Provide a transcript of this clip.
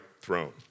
throne